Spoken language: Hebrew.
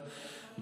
אחד,